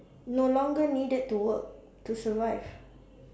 no longer needed to work to survive